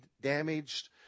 damaged